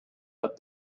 but